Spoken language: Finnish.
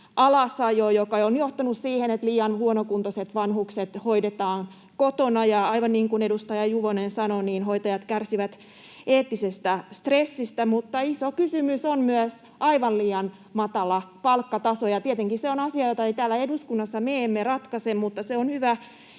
alasajo, joka on johtanut siihen, että liian huonokuntoiset vanhukset hoidetaan kotona. On aivan niin kuin edustaja Juvonen sanoi, että hoitajat kärsivät eettisestä stressistä. Mutta iso kysymys on myös aivan liian matala palkkataso, ja se on tietenkin asia, jota me emme täällä eduskunnassa ratkaise, mutta on hyvä